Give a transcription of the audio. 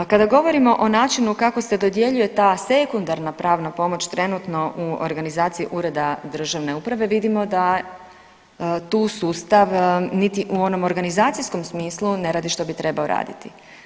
A kada govorimo o načinu kako se dodjeljuje ta sekundarna pravna pomoć trenutno u organizaciji ureda državne uprave vidimo da tu sustav niti u onom organizacijskom smislu ne radi što bi trebao raditi.